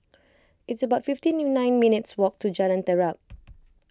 it's about fifty nine minutes' walk to Jalan Terap